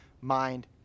mind